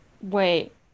Wait